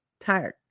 tired